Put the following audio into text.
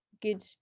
good